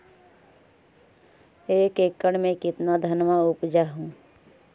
एक एकड़ मे कितना धनमा उपजा हू?